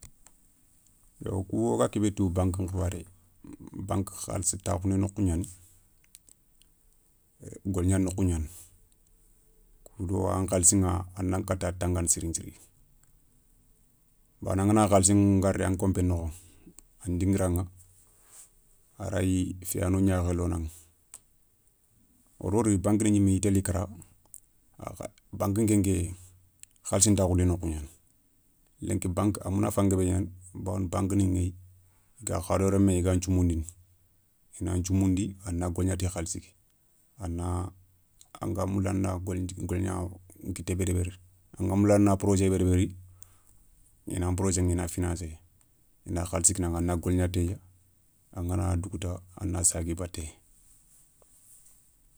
Yo wo kou wo ga ké bé tou banki nkhibaré, bank khalissi takhoundi nokhougnani, golgna nokhou gnani kou do an khalsiηa a nan katta tangana siri nthiri. bawoni angana khalsi ngardé ankopé nokho an diguiraηa, a rayi féyano gnakhé lonaηa wo da wori bank ni gniméni i téli kara, bank nké ké khalssi ntakhoundi nokho gnani, lenki bank a mounafa nguébé gnani, bawoni bank ni ηéyi i ga hadama reme i gan thioumoundini, i na nthioumoundi a na golgna ti khalssi ké, a na anga moula a a na golgna nkité bé débéri, anga moula a na projet bé deberi i nan projeηa i na financé. inda khalssi kinaηa a na golgna téye, angana dougouta, a na sagui baté.